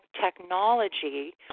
technology